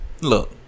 look